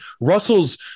Russell's